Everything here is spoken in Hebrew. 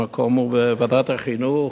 המקום הוא בוועדת החינוך.